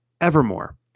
Evermore